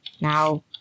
now